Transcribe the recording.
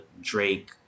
Drake